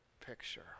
picture